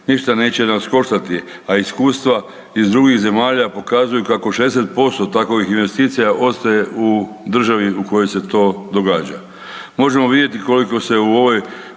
ništa neće nas koštati, a iskustva iz drugih zemalja pokazuju kako 60% takovih investicija ostaje u državi u kojoj se to događa. Možemo vidjeti koliko se u ovoj